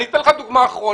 אני אתן לך דוגמה אחרונה.